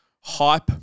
hype